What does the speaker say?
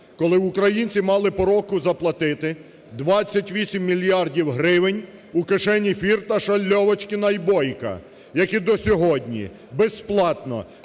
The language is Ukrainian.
Коли українці мали по року заплатити 28 мільярдів гривень у кишені Фірташа, Льовочкіна і Бойка, які до сьогодні бесплатно